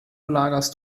lagerst